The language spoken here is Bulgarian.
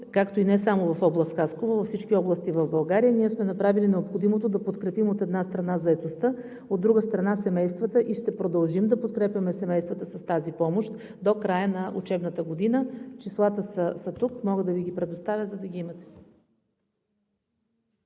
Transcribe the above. както и не само в област Хасково, а във всички области в България ние сме направили необходимото да подкрепим, от една страна, заетостта, а от друга страна, семействата и ще продължим да подкрепяме семействата по тази помощ до края на учебната година. Числата са тук, мога да Ви ги предоставя, за да ги имате.